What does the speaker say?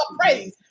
praise